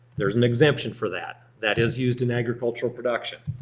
there's an exemption for that. that is used in agricultural production.